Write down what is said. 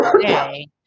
today